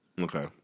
Okay